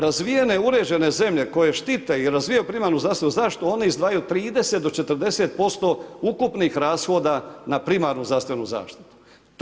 Razvijene uređene zemlje koje štite i razvijaju primarnu zdravstvenu zaštitu, one izdvajaju 30 do 40% ukupnih rashoda na primarnu zdravstvenu zaštitu.